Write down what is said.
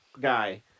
guy